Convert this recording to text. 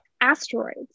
asteroids